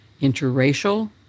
interracial